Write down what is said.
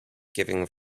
giving